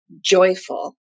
joyful